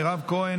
מירב כהן,